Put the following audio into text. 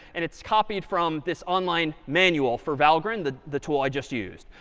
and it's copied from this online manual for valgrind, the the tool i just used.